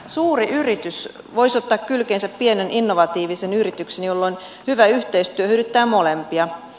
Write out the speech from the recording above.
suuri yritys voisi ottaa kylkeensä pienen innovatiivisen yrityksen jolloin hyvä yhteistyö hyödyttää molempia